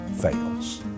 fails